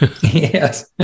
Yes